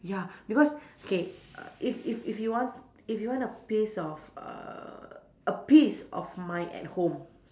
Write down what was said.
ya because K err if if if you want if you want a peace of uh a peace of mind at home